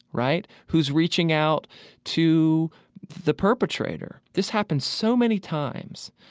right, who's reaching out to the perpetrator. this happens so many times.